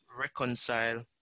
reconcile